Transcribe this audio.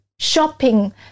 Shopping